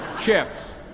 Chips